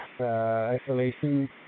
isolation